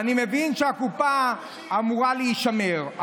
למה, אני מבין שהקופה אמורה להישמר.